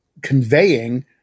conveying